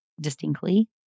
distinctly